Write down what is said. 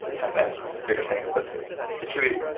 sometimes bigger things, but it's really,